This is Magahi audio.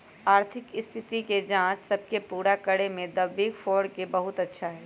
आर्थिक स्थिति के जांच सब के पूरा करे में द बिग फोर के बहुत अच्छा हई